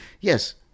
yes